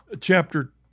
Chapter